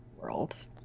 world